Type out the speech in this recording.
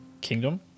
kingdom